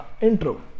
intro